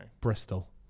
Bristol